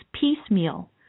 piecemeal